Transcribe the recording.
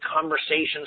conversations